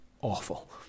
awful